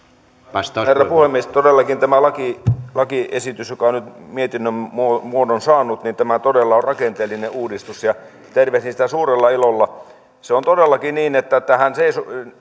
arvoisa herra puhemies todellakin tämä lakiesitys joka on nyt mietinnön muodon muodon saanut todella on rakenteellinen uudistus ja tervehdin sitä suurella ilolla se on todellakin niin että nämä